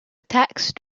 text